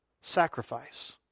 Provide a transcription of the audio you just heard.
Sacrifice